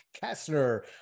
Kastner